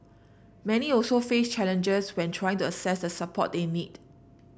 many also face challenges when trying to access the support they need